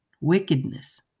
wickedness